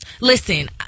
Listen